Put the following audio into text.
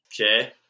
okay